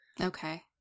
Okay